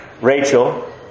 Rachel